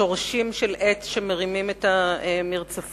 שורשי עצים שמרימים את המרצפות.